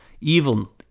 evil